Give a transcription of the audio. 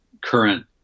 current